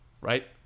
right